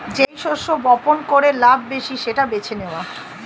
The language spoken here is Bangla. যেই শস্য বপন করে লাভ বেশি সেটা বেছে নেওয়া